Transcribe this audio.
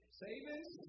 savings